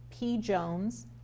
pjones